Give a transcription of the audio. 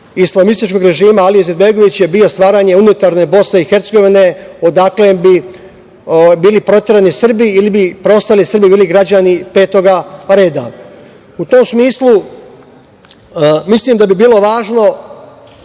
islamističkog režima Alije Izetbegovića bio stvaranje unitarne Bosne i Hercegovine, odakle bi bili proterani Srbi ili bi preostali Srbi bili građani petog reda.U tom smislu, mislim da bi bilo važno